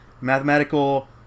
mathematical